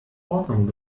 ordnung